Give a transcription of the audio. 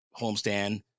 homestand